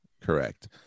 Correct